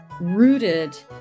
rooted